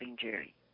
Jerry